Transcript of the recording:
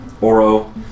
Oro